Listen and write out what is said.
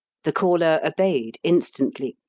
the caller obeyed instantly.